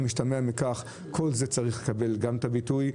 אני מבקש לומר כמה מילים לסיכום הדיון.